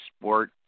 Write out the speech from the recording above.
sport